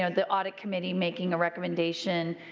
ah the audit committee making a recommendation